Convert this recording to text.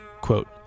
quote